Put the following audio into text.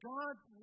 God's